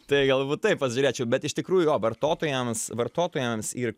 tai galbūt taip pats žiūrėčiau bet iš tikrųjų jo vartotojams vartotojams ir